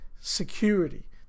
security